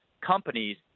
companies